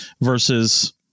versus